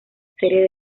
serie